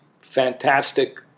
fantastic